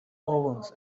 ovens